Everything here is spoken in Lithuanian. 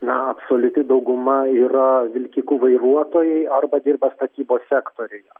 na absoliuti dauguma yra vilkikų vairuotojai arba dirba statybos sektoriuje